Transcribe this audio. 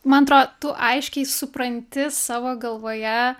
man atro tu aiškiai supranti savo galvoje